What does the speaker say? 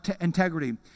integrity